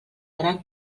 gran